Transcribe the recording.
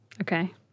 Okay